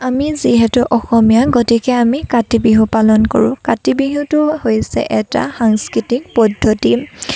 আমি যিহেতু অসমীয়া গতিকে আমি কাতি বিহু পালন কৰোঁ কাতি বিহুটো হৈছে এটা সাংস্কৃতিক পদ্ধতি